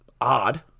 odd